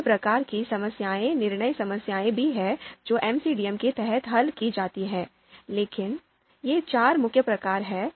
अन्य प्रकार की समस्याएं निर्णय समस्याएं भी हैं जो एमसीडीएम के तहत हल की जाती हैं लेकिन ये चार मुख्य प्रकार हैं